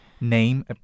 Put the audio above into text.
name